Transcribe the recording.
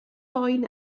boen